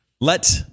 Let